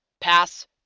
Pass